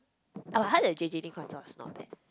our highlight the J_J-Lin concert was not bad